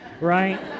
right